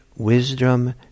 wisdom